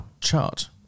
Chart